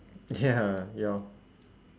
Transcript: ya ya